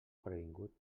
previngut